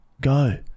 go